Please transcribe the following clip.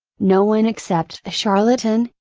no one except a charlatan,